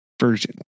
version